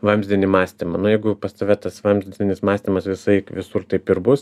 vamzdinį mąstymą nu jeigu pas tave tas vamzdinis mąstymas visąlaik visur taip ir bus